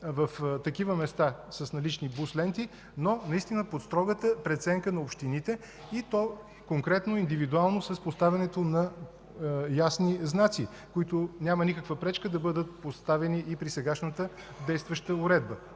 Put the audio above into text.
в такива места с налични бус ленти, но наистина под строгата преценка на общините и то конкретно, индивидуално с поставянето на ясни знаци, които няма никаква пречка да бъдат поставени и при сегашната действаща уредба.